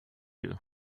you